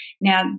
Now